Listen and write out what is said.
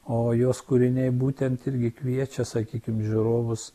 o jos kūriniai būtent irgi kviečia sakykim žiūrovus